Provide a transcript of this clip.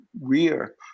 rear